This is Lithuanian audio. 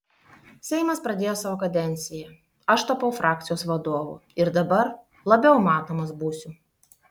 seimas pradėjo savo kadenciją aš tapau frakcijos vadovu ir dabar labiau matomas būsiu